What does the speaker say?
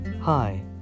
hi